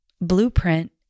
blueprint